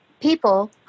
people